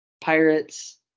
Pirates